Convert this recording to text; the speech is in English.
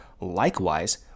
likewise